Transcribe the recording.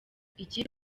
kipe